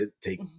take